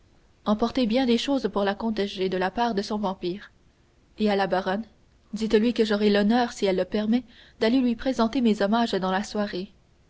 emportez bien des choses pour la comtesse g de la part de son vampire et à la baronne dites-lui que j'aurai l'honneur si elle le permet d'aller lui présenter mes hommages dans la soirée